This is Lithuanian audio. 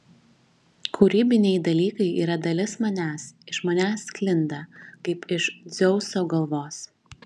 kūrybiniai dalykai yra dalis manęs iš manęs sklinda kaip iš dzeuso galvos